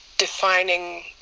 defining